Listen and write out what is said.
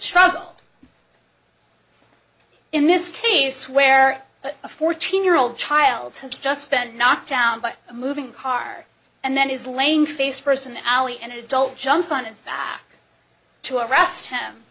struggled in this case where a fourteen year old child has just spent knocked down by a moving car and then is laying face person alley an adult jumps on its back to arrest him